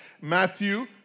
Matthew